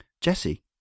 Jesse